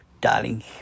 Darling